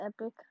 epic